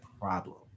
problem